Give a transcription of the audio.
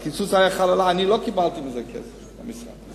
אני לא קיבלתי מזה כסף למשרד.